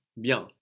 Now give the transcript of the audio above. bien